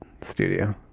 studio